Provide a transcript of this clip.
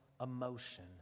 emotion